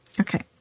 Okay